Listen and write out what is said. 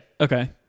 Okay